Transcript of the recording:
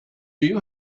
you